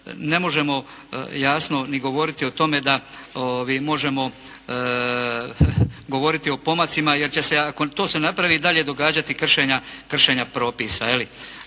ne možemo jasno ni govoriti o tome da možemo govoriti o pomacima jer će se ako to se ne napravi i dalje događati kršenja propisa.